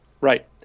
Right